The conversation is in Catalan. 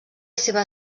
seva